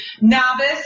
novice